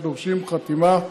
שדורשים חתימה,